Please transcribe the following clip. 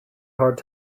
hard